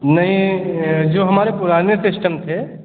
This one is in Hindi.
नहीं जो हमारे पुराने सिस्टम थे